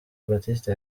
baptiste